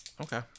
Okay